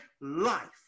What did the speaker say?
life